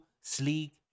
Sleek